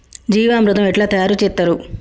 జీవామృతం ఎట్లా తయారు చేత్తరు?